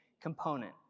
component